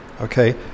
okay